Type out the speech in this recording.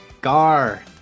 Gar